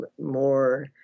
more